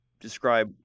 describe